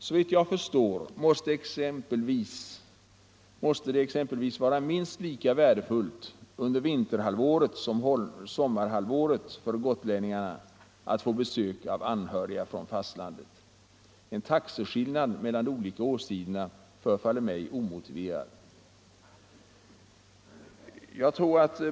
Såvitt jag förstår måste det för gotlänningarna exempelvis vara minst lika värdefullt under vinterhalvåret som under sommarhalvåret att få besök av anhöriga från fastlandet. En taxeskillnad mellan de olika årstiderna förefaller mig omotiverad.